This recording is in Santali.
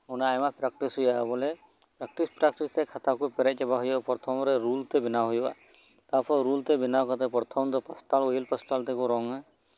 ᱚᱱᱟ ᱟᱭᱢᱟ ᱯᱨᱮᱠᱴᱤᱥ ᱦᱳᱭᱳᱜᱼᱟ ᱵᱚᱞᱮ ᱯᱨᱮᱠᱴᱤᱥ ᱯᱨᱮᱥᱠᱴᱤᱥ ᱛᱮ ᱠᱷᱟᱛᱟ ᱠᱚ ᱯᱮᱨᱮᱡ ᱪᱟᱵᱟ ᱦᱳᱭᱳᱜᱼᱟ ᱯᱨᱚᱛᱷᱚᱢᱨᱮ ᱨᱩᱞ ᱛᱮ ᱵᱮᱱᱟᱣ ᱦᱳᱭᱳᱜᱼᱟ ᱛᱟᱨᱯᱚᱨ ᱨᱩᱞ ᱛᱮ ᱵᱮᱱᱟᱣ ᱠᱟᱛᱮᱫ ᱯᱨᱚᱛᱷᱚᱢ ᱫᱚ ᱳᱭᱮᱞ ᱯᱳᱥᱴᱟᱞ ᱛᱮᱠᱚ ᱨᱚᱝ ᱟ